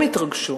גם הם התרגשו.